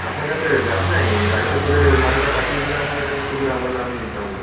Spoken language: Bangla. আপনার কাছে গাড়ি নেই গাড়িতে করে মালটা পাঠিয়ে দিলে আমাদের কাছে সুবিধা আমরা নামিয়ে নিতাম